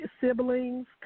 Siblings